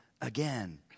again